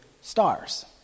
stars